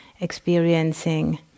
experiencing